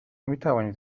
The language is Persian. میتوانید